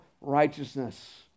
righteousness